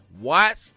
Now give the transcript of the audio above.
Watch